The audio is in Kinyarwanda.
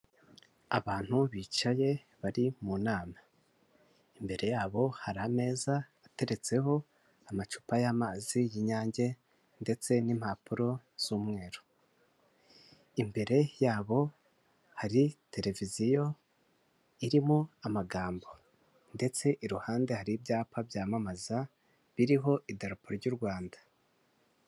Abantu bicaye bari mu nama, imbere yabo hari ameza ateretseho amacupa y'amazi y'Inyange ndetse n'impapuro z'umweru. Imbere yabo hari televiziyo irimo amagambo ndetse iruhande hari ibyapa byamamaza biriho idapo ry'u Rwanda.